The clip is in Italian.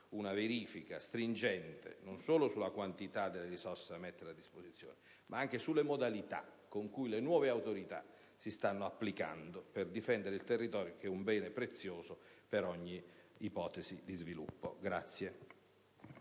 una verifica stringente non solo sulla quantità delle risorse da mettere a disposizione, ma anche sulle modalità con cui le nuove autorità si stanno applicando per difendere il territorio, che è un bene prezioso per ogni ipotesi di sviluppo.